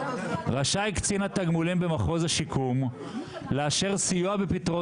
אל תספרו לי מה זה להיות כש-3/4 מהגוף שלך --- אמרתי שנפש זה גם איבר,